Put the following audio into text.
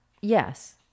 Yes